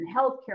healthcare